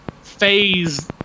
phase